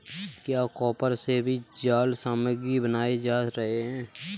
क्या कॉपर से भी जाल सामग्री बनाए जा रहे हैं?